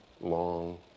long